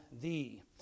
thee